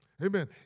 Amen